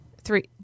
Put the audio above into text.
Three